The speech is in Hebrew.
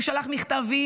הוא שלח מכתבים,